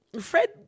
Fred